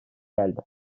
geldi